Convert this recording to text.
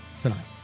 tonight